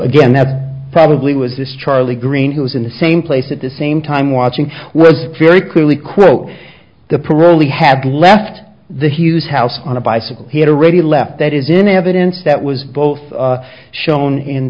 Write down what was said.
again that probably was this charlie green who was in the same place at the same time watching was very clearly quote the parolee had left the hughes house on a bicycle he had already left that is in evidence that was both shown in